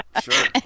sure